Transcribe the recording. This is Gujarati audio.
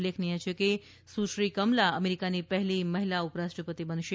ઉલ્લેખનીય છે કે સુશ્રી કમલા અમેરીકાની પહેલી મહિલા ઉપરાષ્ટ્રપતિ બનશે